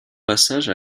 passage